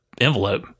envelope